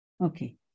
Okay